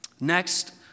Next